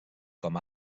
com